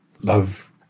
love